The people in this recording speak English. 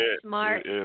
Smart